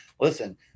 listen